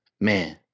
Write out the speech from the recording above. man